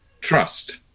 trust